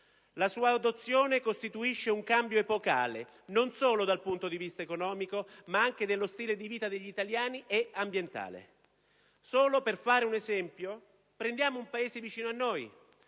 La sua adozione costituisce un cambio epocale non solo dal punto di vista economico ma anche nello stile di vita degli italiani e ambientale. Solo per fare un esempio, prendiamo un Paese vicino a noi,